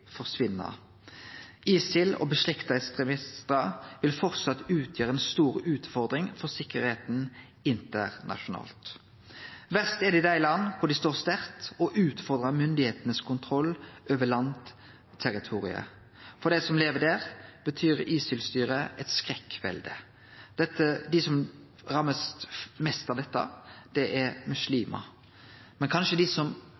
ISIL og beslekta ekstremistar vil framleis utgjere ei stor utfordring for tryggleiken internasjonalt. Verst er det i dei landa der dei står sterkt og utfordrar myndigheitenes kontroll over landterritorium. For dei som lever der, betyr ISIL-styret eit skrekkvelde. Dei som blir mest ramma av dette, er muslimar, men dei som